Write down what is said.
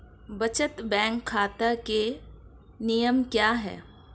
बचत बैंक खाता के नियम क्या हैं?